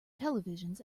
televisions